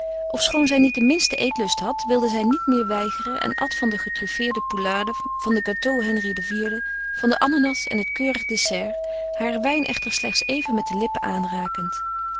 ofschoon zij niet den minsten eetlust had wilden zij niet meer weigeren en at van de getruffeerde poularde van de gâteau henri iv van de ananas en het keurig dessert haren wijn echter slechts even met de lippen aanrakend